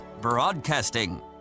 broadcasting